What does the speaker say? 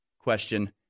question